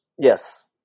Yes